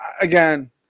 again